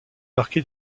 marquée